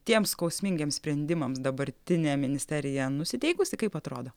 tiems skausmingiems sprendimams dabartinė ministerija nusiteikusi kaip atrodo